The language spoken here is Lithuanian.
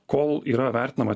kol yra vertinama